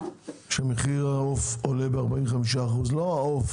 שמחיר העוף עולה ב-40%-50%, לא העוף